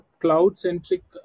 cloud-centric